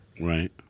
Right